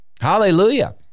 Hallelujah